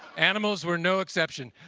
animals were no exception.